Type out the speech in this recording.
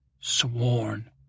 Sworn